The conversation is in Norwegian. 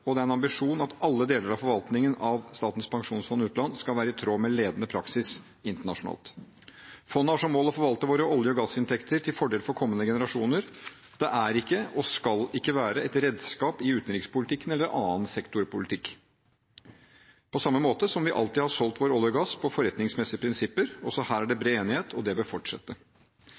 en ansvarlig måte, og den ambisjon at alle deler av forvaltningen av Statens pensjonsfond utland skal være i tråd med ledende praksis internasjonalt. Fondet har som mål å forvalte våre olje- og gassinntekter til fordel for kommende generasjoner. Det er ikke og skal ikke være et redskap i utenrikspolitikken eller i annen sektorpolitikk, på samme måte som vi alltid har solgt vår olje og gass på forretningsmessige prinsipper. Også her er det bred enighet, og det bør fortsette.